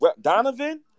Donovan